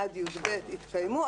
עד י"ב יתקיימו,